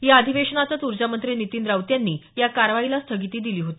या अधिवेशनातच ऊर्जामंत्री नितीन राऊत यांनी या कारवाईला स्थगिती दिली होती